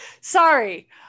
sorry